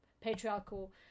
patriarchal